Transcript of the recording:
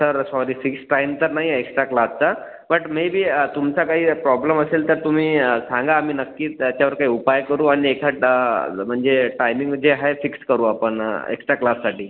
sir sorry fix time तर नाही आहे एक्स्ट्रा क्लासचा बट मे बी तुमचा काही प्रॉब्लम असेल तर तुम्ही सांगा आम्ही नक्कीच त्याच्यावर काही उपाय करू आणि एखादाच म्हणजे टायमिंग जे आहे फिक्स्त करू आपण एक्स्ट्रा क्लाससाठी